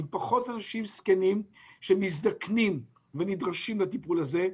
עם פחות אנשים זקנים שמזדקנים ונדרשים לטיפול הזה.